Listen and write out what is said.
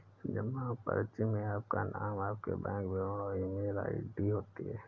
जमा पर्ची में आपका नाम, आपके बैंक विवरण और ईमेल आई.डी होती है